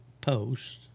post